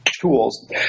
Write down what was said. tools